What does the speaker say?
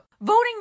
Voting